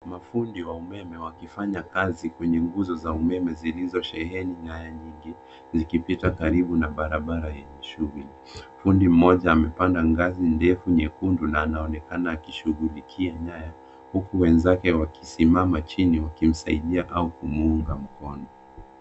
Mafundi wa umeme wakifanya kazi kwenye nguzo za umeme zilizosheheni nyaya nyingi zikipita karibu na barabara yenye shughuli. Fundi mmoja amepanda ngazi ndefu nyekundu na anaonekana akishughulikia nyaya huku wenzake wakisimama chini wakimsaidia au kumunga mkono.